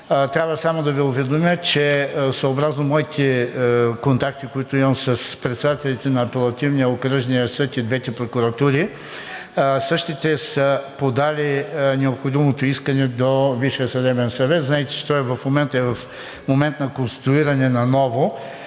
Трябва само да Ви уведомя, че съобразно моите контакти, които имам, с председателите на Апелативния, Окръжния съд и двете прокуратури, същите са подали необходимото искане до Висшия съдебен съвет. Знаете, че той е в момент на конструиране на нов